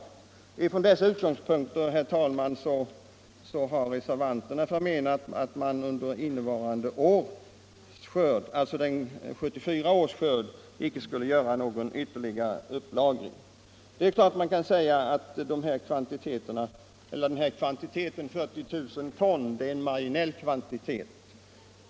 Jjordbruksprodukter Från dessa utgångspunkter, herr talman, har reservanterna menat att — för beredskapsänman av 1974 års skörd inte borde göra någon ytterligare upplagring. Det — damål är klart att man kan säga att den här kvantiteten, 40 000 ton, bara är en marginell kvantitet.